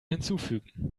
hinzufügen